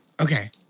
Okay